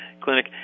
clinic